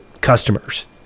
customers